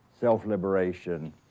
self-liberation